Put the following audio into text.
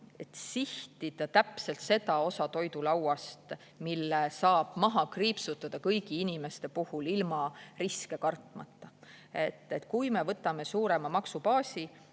et sihtida täpselt seda osa toidulauast, mille saab maha kriipsutada kõigi inimeste puhul ilma riske kartmata. Kui me võtame suurema maksubaasi,